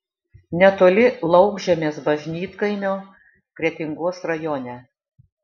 netoli laukžemės bažnytkaimio kretingos rajone